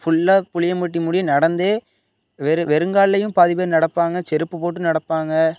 ஃபுல்லாக புளியம்பட்டி முடிய நடந்தே வெறும் வெறுங்கால்லேயும் பாதிப்பேர் நடப்பாங்க செருப்பு போட்டும் நடப்பாங்க